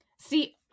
See